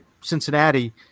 Cincinnati